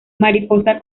mariposa